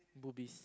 boobies